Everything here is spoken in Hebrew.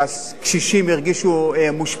שהקשישים הרגישו מושפלים,